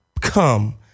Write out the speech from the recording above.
come